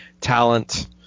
talent